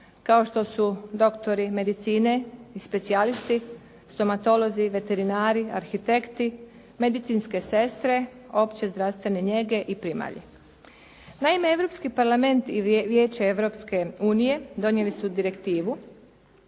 kao što su doktori medicine, specijalisti, stomatolozi, veterinari, arhitekti, medicinske sestre, opće zdravstvene njege i primalje. Naime, Europski parlament i Vijeće Europske unije donijeli su Direktivu